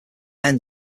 end